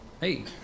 hey